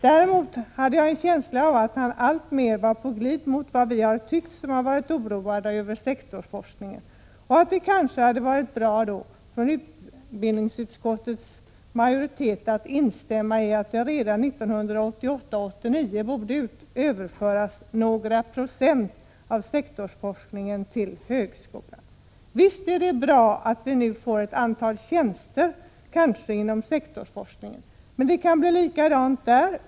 Däremot hade jag en känsla av att han alltmer var på glid mot vad vi som har varit oroade över sektorsforskningen har tyckt: att det hade varit bra om utbildningsutskottets majoritet hade instämt i att det redan 1988/89 borde överföras några procent av sektorsforskningen till högskolan. Visst är det bra att vi nu kanske får ett antal tjänster inom sektorsforskningen. Men det kan bli likadant där.